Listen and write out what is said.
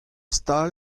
stal